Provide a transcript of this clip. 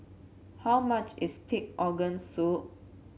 how much is Pig Organ Soup